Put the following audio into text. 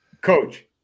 coach